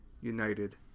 united